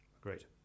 Great